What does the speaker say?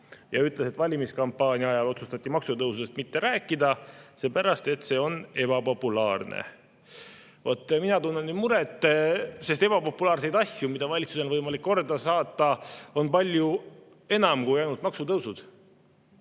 Ta ütles, et valimiskampaania ajal otsustati maksutõusudest mitte rääkida seepärast, et see on ebapopulaarne. Vaat mina tunnen nüüd muret, sest ebapopulaarseid asju, mida valitsusel on võimalik korda saata, on palju enam kui ainult maksutõusud.